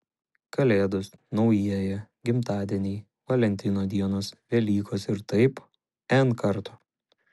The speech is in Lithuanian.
kalėdos naujieji gimtadieniai valentino dienos velykos ir taip n kartų